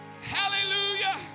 Hallelujah